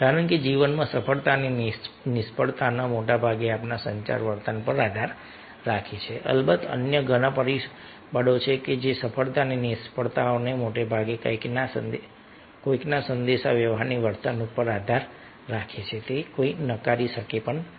કારણ કે જીવનમાં સફળતા અને નિષ્ફળતા મોટાભાગે આપણા સંચાર વર્તન પર આધાર રાખે છે અલબત્ત અન્ય ઘણા પરિબળો છે પરંતુ સફળતા અને નિષ્ફળતાઓ મોટાભાગે કોઈકના સંદેશાવ્યવહારની વર્તણૂક પર આધાર રાખે છે તે કોઈ નકારી શકે નહીં